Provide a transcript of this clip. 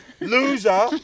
loser